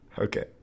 okay